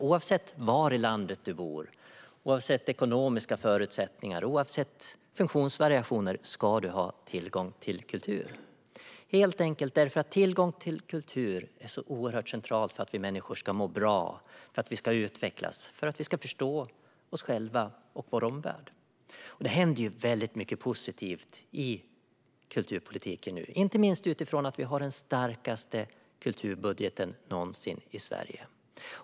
Oavsett var i landet du bor, oavsett ekonomiska förutsättningar och oavsett funktionsvariationer ska du ha tillgång till kultur - helt enkelt därför att tillgång till kultur är så oerhört centralt för att vi människor ska må bra, för att vi ska utvecklas och för att vi ska förstå oss själva och vår omvärld. Det händer mycket positivt i kulturpolitiken nu, inte minst utifrån att vi har den starkaste kulturbudgeten någonsin i Sverige.